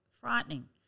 Frightening